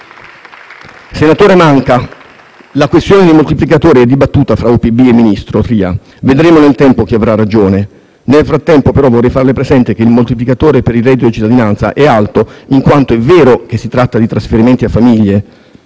Senatore Manca, la questione del moltiplicatore è dibattuta fra UPB e il ministro Tria, vedremo nel tempo chi avrà ragione. Nel frattempo, però, vorrei farle presente che il moltiplicatore per il reddito di cittadinanza è alto in quanto è vero che si tratta di trasferimenti a famiglie